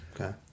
Okay